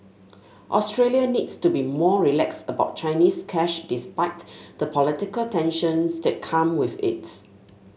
Australia needs to be more relaxed about Chinese cash despite the political tensions that come with it